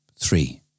three